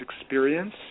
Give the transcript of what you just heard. experience